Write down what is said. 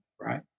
right